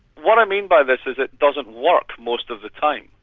what i mean by this is it doesn't work most of the time.